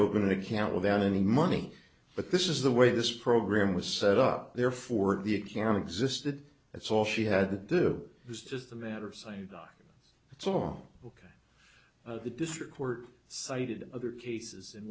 open an account without any money but this is the way this program was set up therefore the exam existed that's all she had to do it was just a matter of saying it's all ok the district court cited other cases in